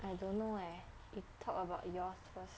I don't know eh you talk about yours first